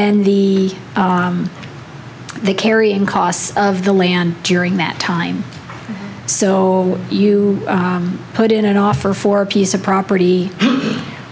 then the the carrying costs of the land during that time so you put in an offer for a piece of property